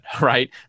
right